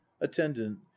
attendant